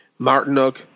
Martinuk